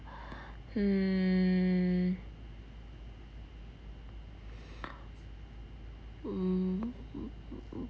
hmm mm